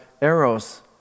eros